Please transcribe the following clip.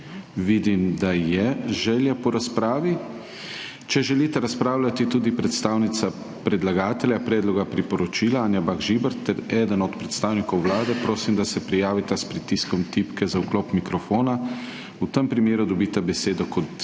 Vidim, da je želja po razpravi. Če želite razpravljati tudi predstavnica predlagatelja predloga priporočila, Anja Bah Žibert, ter eden od predstavnikov Vlade, prosim da se prijavita s pritiskom tipke za vklop mikrofona, v tem primeru dobita besedo kot